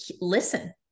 listen